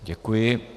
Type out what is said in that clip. Děkuji.